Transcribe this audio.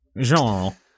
genre